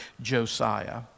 Josiah